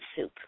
soup